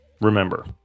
Remember